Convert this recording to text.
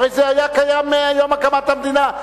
הרי זה היה קיים מיום הקמת המדינה.